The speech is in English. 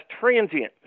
transient